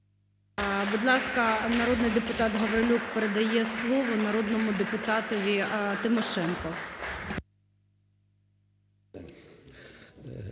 Будь ласка, народний депутат Гаврилюк передає слово народному депутатові Тимошенко.